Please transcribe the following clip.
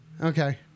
Okay